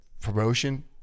promotion